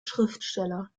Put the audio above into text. schriftsteller